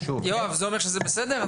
יואב, האם זה אומר שזה בסדר?